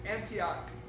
Antioch